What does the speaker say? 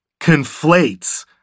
conflates